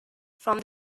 from